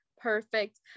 perfect